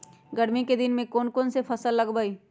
गर्मी के दिन में कौन कौन फसल लगबई?